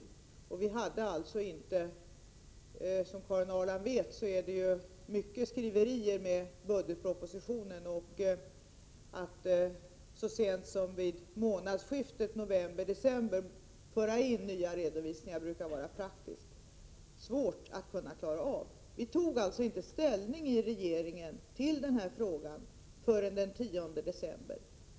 Som Karin Ahrland vet är det mycket skriverier i fråga om budgetpropositionen, och att så sent som i månadsskiftet november-december föra in nya redovisningar brukar vara praktiskt svårt. Vi tog alltså i regeringen inte ställning till den här frågan förrän den 10 december.